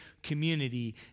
community